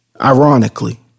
Ironically